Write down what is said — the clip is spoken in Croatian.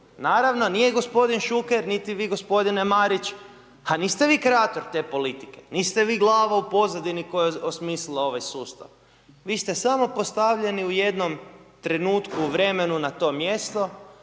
Naravno nije gospodin Šuker, niti vi gospodine Marić a niste vi kreator te politike, niste vi glava u pozadini koja je osmislila ovaj sustav, vi ste samo postavljeni u jednom trenutku, vremenu na to mjesto